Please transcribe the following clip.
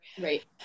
Right